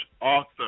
author